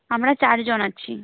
আমরা চারজন আছি